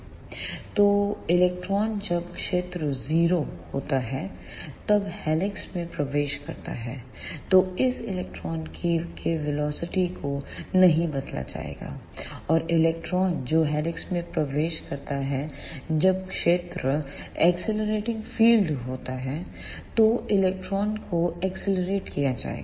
तो जो इलेक्ट्रॉन जब क्षेत्र 0 होता है तब हेलिक्स में प्रवेश करता है तो उस इलेक्ट्रॉन के वेलोसिटी को नहीं बदला जाएगा और इलेक्ट्रॉन जो हेलिक्स में प्रवेश करता है जब क्षेत्र एक्सीलरेटिंग फील्ड होती है तो इलेक्ट्रॉन को एक्सलरेट किया जाएगा